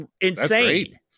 insane